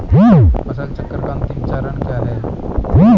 फसल चक्र का अंतिम चरण क्या है?